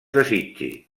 desitgi